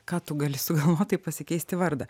ką tu gali sugalvot tai pasikeisti vardą